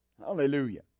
Hallelujah